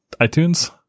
iTunes